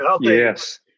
Yes